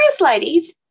ladies